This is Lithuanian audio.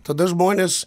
tada žmonės